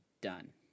done